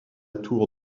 tour